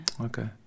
Okay